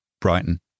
Brighton